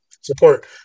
support